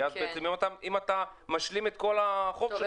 כי אם אתה משלים את כל החוב שלך --- טוב,